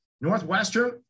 Northwestern